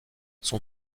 son